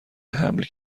حمل